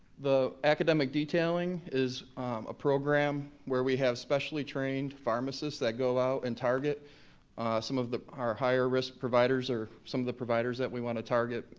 the academic detailing is a program where we have specially-trained pharmacists that go out and target some of our higher-risk providers or some of the providers that we wanna target,